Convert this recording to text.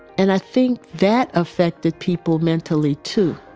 and i think that affected people mentally too